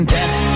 Death